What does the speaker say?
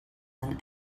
than